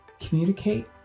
communicate